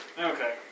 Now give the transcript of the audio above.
Okay